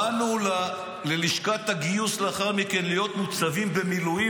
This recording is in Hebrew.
באנו ללשכת הגיוס לאחר מכן להיות מוצבים במילואים,